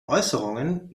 äußerungen